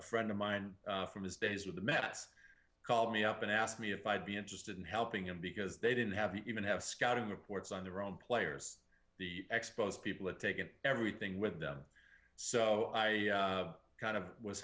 a friend of mine from his days with the mets called me up and asked me if i'd be interested in helping him because they didn't have even have scouting reports on their own players the expos people would take it everything with them so i kind of was